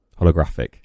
Holographic